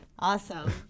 Awesome